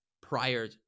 prior